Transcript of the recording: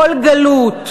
כל גלות,